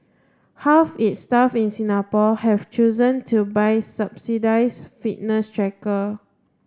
half its staff in Singapore have chosen to buy subsidise fitness tracker